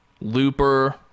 Looper